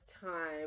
time